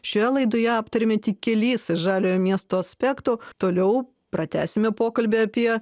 šioje laidoje aptariami tik kelis žaliojo miesto aspektų toliau pratęsime pokalbį apie